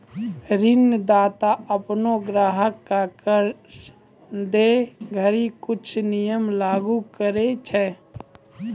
ऋणदाता अपनो ग्राहक क कर्जा दै घड़ी कुछ नियम लागू करय छै